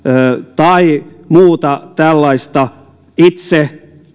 tai muuta tällaista itse